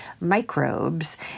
microbes